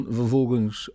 vervolgens